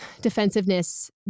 defensiveness